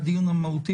עדיין לדיון המהותי.